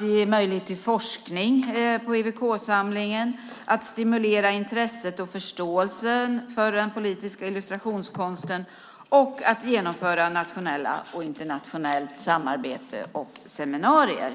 Vi vill ge möjlighet till forskning på EWK-samlingen, stimulera intresset och förståelsen för den politiska illustrationskonsten och genomföra nationellt och internationellt samarbete och seminarier.